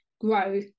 grow